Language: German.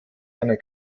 einer